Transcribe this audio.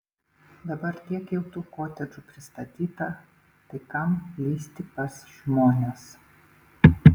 dabar tiek jau tų kotedžų pristatyta tai kam lįsti pas žmones